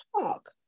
talk